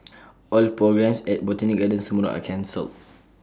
all programmes at Botanic gardens tomorrow are cancelled